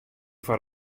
foar